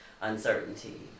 uncertainty